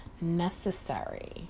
necessary